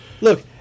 Look